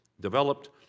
developed